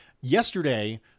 yesterday